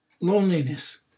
Loneliness